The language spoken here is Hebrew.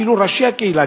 אפילו ראשי הקהילה,